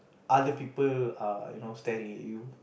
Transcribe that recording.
other people are you know staring at you